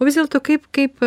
o vis dėlto kaip kaip